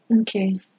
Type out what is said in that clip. Okay